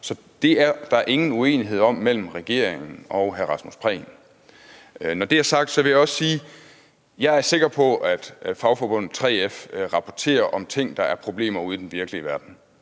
Det er der ingen uenighed om mellem regeringen og hr. Rasmus Prehn. Når det er sagt, vil jeg også sige, at jeg er sikker på, at fagforbundet 3F rapporterer om ting, der er problemer ude i den virkelige verden.